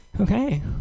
Okay